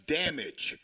damage